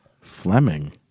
Fleming